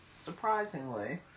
Surprisingly